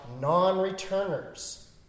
non-returners